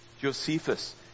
Josephus